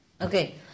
Okay